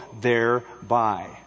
thereby